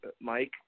mike